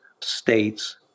states